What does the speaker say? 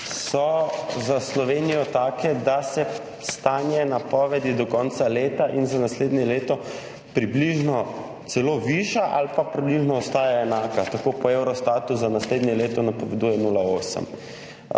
za Slovenijo take, da se stanje napovedi do konca leta in za naslednje leto celo viša ali pa ostaja približno enaka. Tako se po Eurostatu za naslednje leto napoveduje 0,8,